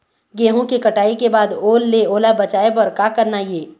गेहूं के कटाई के बाद ओल ले ओला बचाए बर का करना ये?